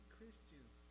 Christians